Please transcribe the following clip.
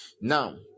now